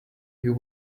you